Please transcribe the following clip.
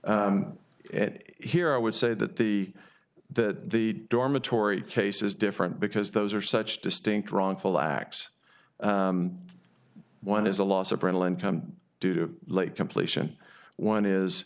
it here i would say that the that the dormitory case is different because those are such distinct wrongful acts one is a loss of parental income due to late completion one is